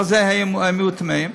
בגלל זה הם היו טמאים.